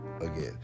again